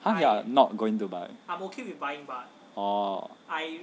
!huh! you are not going to buy oh